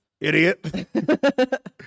Idiot